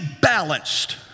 balanced